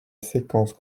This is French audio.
séquence